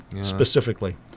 specifically